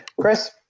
Chris